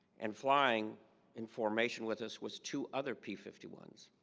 and flying in formation with us was two other p fifty one s